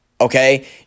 okay